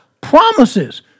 Promises